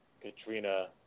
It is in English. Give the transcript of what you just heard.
Katrina